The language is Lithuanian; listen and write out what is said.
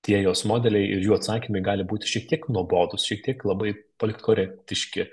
tie jos modeliai ir jų atsakymai gali būti šiek tiek nuobodūs šiek tiek labai politkorektiški